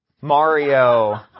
Mario